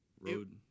road